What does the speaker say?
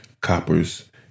coppers